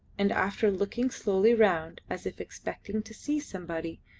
and, after looking slowly round as if expecting to see somebody,